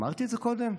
אמרתי את זה קודם?